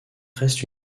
reste